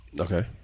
Okay